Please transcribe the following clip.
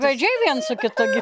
gaidžiai viens su kitu gi